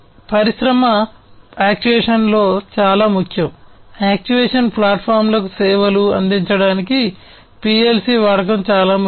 పరిశ్రమ యాక్చుయేషన్లో చాలా ముఖ్యం యాక్చుయేషన్ ప్లాట్ఫామ్లకు సేవలు అందించడానికి పిఎల్సి వాడకం చాలా ముఖ్యం